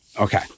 Okay